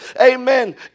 amen